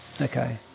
Okay